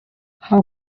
how